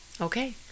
Okay